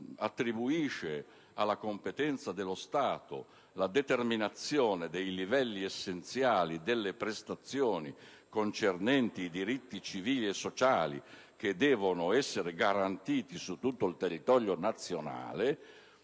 chiaramente alla competenza dello Stato la determinazione dei livelli essenziali delle prestazioni concernenti i diritti civili e sociali che devono essere garantiti su tutto il territorio nazionale